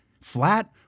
Flat